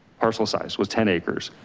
parcel size was ten acres.